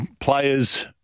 players